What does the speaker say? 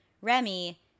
Remy